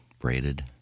braided